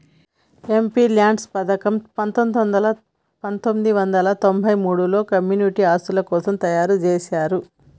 MPLADS పథకం పందొమ్మిది వందల తొంబై మూడులో కమ్యూనిటీ ఆస్తుల కోసం తయ్యారుజేశారు